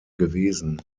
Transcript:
gewesen